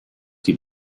die